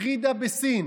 ג'ידא בסין,